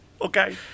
Okay